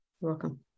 welcome